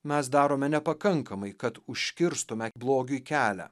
mes darome nepakankamai kad užkirstume blogiui kelią